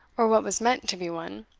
or what was meant to be one,